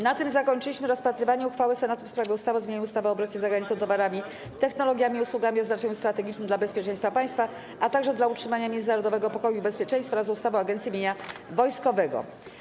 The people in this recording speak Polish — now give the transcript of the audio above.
Na tym zakończyliśmy rozpatrywanie uchwały Senatu w sprawie ustawy o zmianie ustawy o obrocie z zagranicą towarami, technologiami i usługami o znaczeniu strategicznym dla bezpieczeństwa państwa, a także dla utrzymania międzynarodowego pokoju i bezpieczeństwa oraz ustawy o Agencji Mienia Wojskowego.